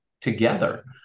together